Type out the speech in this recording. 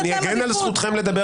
אני אגן על זכותכם לדבר,